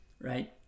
right